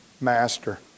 master